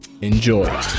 Enjoy